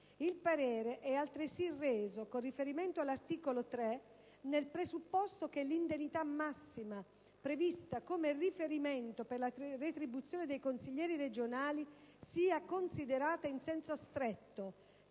Il parere è altresì reso, con riferimento all'articolo 3, nel presupposto che l'indennità massima prevista come riferimento per la retribuzione dei consiglieri regionali sia considerata in senso stretto,